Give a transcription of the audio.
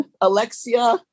alexia